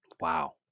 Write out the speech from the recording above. Wow